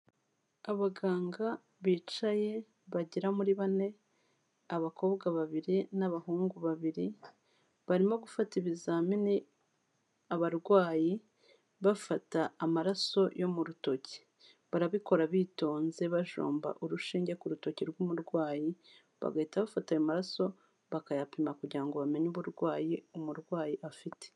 Abaganga bicaye bagera muri bane abakobwa babiri n'abahungu babiri barimo gufata ibizamini abarwayi bafata amaraso yo mu rutoki barabikora bitonze bajomba urushinge ku rutoki rw'umurwayi bagahita bafata ayo maraso bakayapima kugirango ngo bamenye uburwayi umurwayi afite.